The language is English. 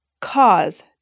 cause